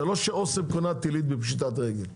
זה לא שאוסם קונה טילים בפשיטת רגל,